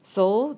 so